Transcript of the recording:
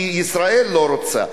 כי ישראל לא רוצה.